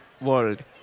world